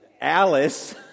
Alice